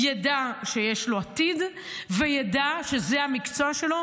ידע שיש לו עתיד וידע שזה המקצוע שלו,